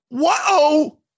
Whoa